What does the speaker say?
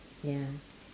ya